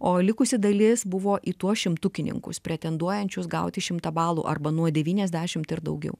o likusi dalis buvo į tuos šimtukininkus pretenduojančius gauti šimtą balų arba nuo devyniasdešimt ir daugiau